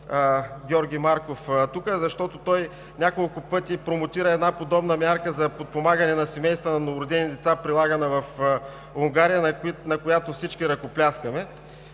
Георги Марков, защото той няколко пъти промотира подобна мярка за подпомагане на семейства на новородени деца, прилагана в Унгария, на която всички ръкопляскаме,